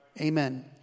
Amen